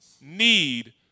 need